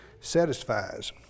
satisfies